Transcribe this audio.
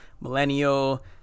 millennial